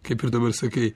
kaip ir dabar sakei